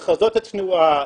לחזות את התנועה,